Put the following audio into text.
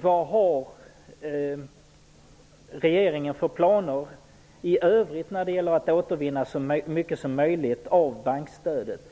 Vad har regeringen för planer i övrigt när det gäller att återvinna så mycket som möjligt av bankstödet?